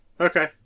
Okay